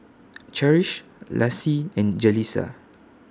Cherish Laci and Jaleesa